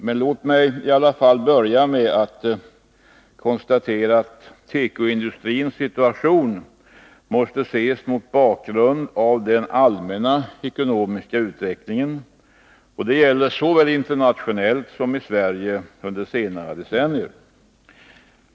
Men låt mig i alla fall börja med att konstatera att tekoindustrins situation måste ses mot bakgrund av den allmänna ekonomiska utvecklingen under senare decennier såväl internationellt som i Sverige.